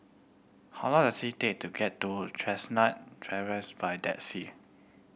how long does it take to get to Chestnut by taxi